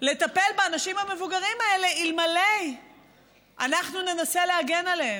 לטפל באנשים המבוגרים האלה אלמלא אנחנו ננסה להגן עליהם.